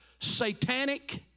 satanic